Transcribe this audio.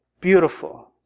beautiful